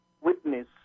witness